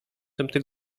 końcem